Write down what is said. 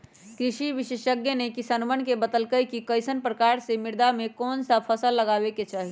कृषि विशेषज्ञ ने किसानवन के बतल कई कि कईसन प्रकार के मृदा में कौन सा फसल लगावे के चाहि